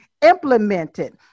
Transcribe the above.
implemented